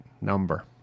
number